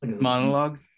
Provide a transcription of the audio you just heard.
monologue